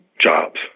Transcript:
jobs